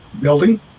building